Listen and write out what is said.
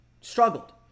struggled